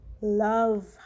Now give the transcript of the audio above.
love